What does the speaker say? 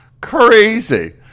crazy